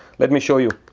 let me show you